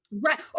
Right